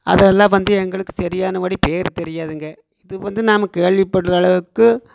அதெல்லாம் வந்து எங்களுக்கு சரியானபடி பேர் தெரியாதுங்க இது வந்து நாம் கேள்விப்படுற அளவுக்கு